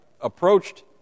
approached